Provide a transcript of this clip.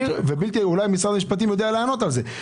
אולי משרד המשפטים יודע לענות על זה.